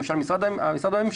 למשל המשרד הממשלתי,